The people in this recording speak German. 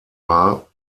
war